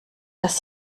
dass